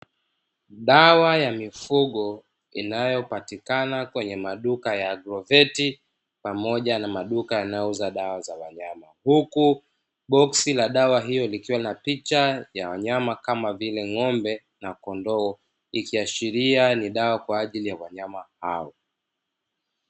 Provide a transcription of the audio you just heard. Dawa ya mifugo inayopatikana kwenye maduka ya groveti pamoja na maduka yanayouza dawa za wanyama, huku boksi la dawa hiyo kikiwa na picha ya wanyama Kama vile, ngo'mbe na kondoo likiashiria ni dawa kwa ajili ya wanyama hao.